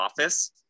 office